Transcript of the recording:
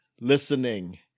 listening